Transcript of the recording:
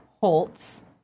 Holtz